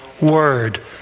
Word